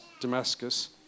Damascus